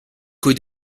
coi